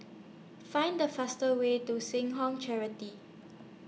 Find The fastest Way to Seh Ong Charity